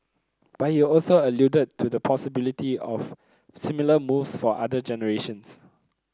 but he also alluded to the possibility of similar moves for other generations